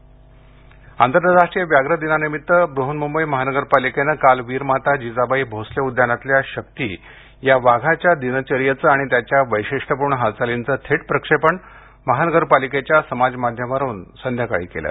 व्याघ्र दिन आंतरराष्ट्रीय व्याघ्र दिनानिमित्त बृहन्मुंबई महानगरपालिकेनं काल वीरमाता जिजाबाई भोसले उद्यानातल्या शक्ती या वाघाच्या दिनचर्येचं आणि त्याच्या वैशिष्ट्यपूर्ण हालचालींचं थेट प्रक्षेपण महानगरपालिकेच्या समाजमाध्यमावरून संध्याकाळी केलं